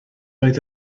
oedd